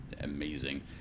amazing